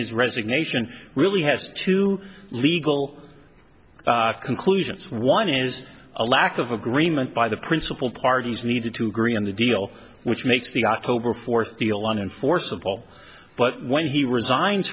his resignation really has two legal conclusions one is a lack of agreement by the principal parties need to agree on the deal which makes the october fourth deal on enforceable but when he resign